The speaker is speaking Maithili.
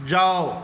जाउ